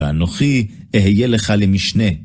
ואנוכי אהיה לך למשנה.